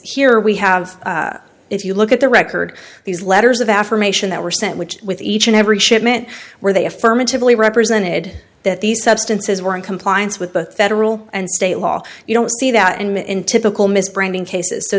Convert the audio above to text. here we have if you look at the record these letters of affirmation that were sent which with each and every shipment where they affirmatively represented that these substances were in compliance with the federal and state law you don't see that and in typical misbranding cases so